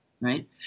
right